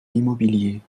l’immobilier